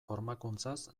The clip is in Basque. formakuntzaz